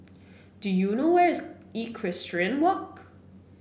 do you know where is Equestrian Walk